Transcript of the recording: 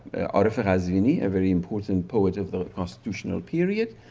aref ghazvini, a very important poet of the constitutional period,